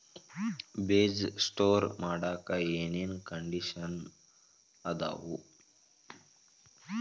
ಬೇಜ ಸ್ಟೋರ್ ಮಾಡಾಕ್ ಏನೇನ್ ಕಂಡಿಷನ್ ಅದಾವ?